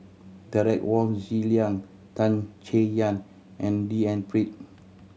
Derek Wong Zi Liang Tan Chay Yan and D N Pritt